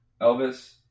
Elvis